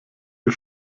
ihr